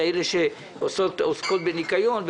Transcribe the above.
כאלה שעוסקות בניקיון,